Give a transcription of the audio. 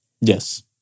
Yes